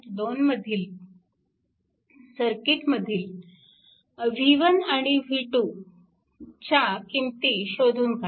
2 मधील सर्किट मधील v1 आणि v2 च्या किंमती शोधून काढा